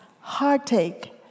heartache